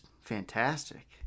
fantastic